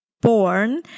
born